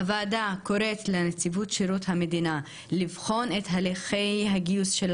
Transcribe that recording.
הוועדה קוראת לנציבות שירות המדינה לבחון את הליכי הגיוס של